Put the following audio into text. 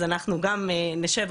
אז אנחנו גם נשב,